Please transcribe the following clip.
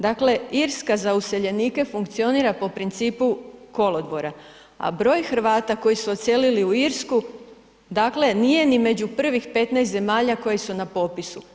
Dakle, Irska za useljenike funkcionira po principu kolodvora, a broj Hrvata koji su odselili u Irsku dakle nije ni među prvih 15 zemalja koje su na popisu.